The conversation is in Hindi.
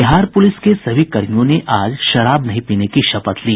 बिहार पुलिस के सभी कर्मियों ने आज शराब नहीं पीने की शपथ ली